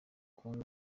congo